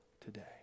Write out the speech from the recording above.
today